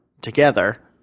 together